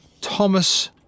Thomas